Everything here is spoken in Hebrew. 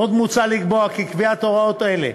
עוד מוצע לקבוע כי קביעת הוראות אלה,